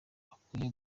akwiye